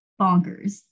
bonkers